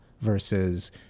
versus